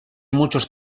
muchos